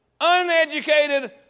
uneducated